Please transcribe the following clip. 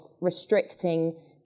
restricting